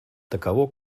таково